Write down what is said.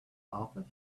office